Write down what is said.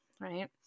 right